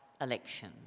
election